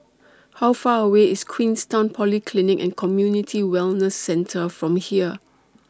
How Far away IS Queenstown Polyclinic and Community Wellness Centre from here